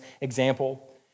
example